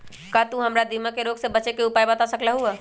का तू हमरा दीमक के रोग से बचे के उपाय बता सकलु ह?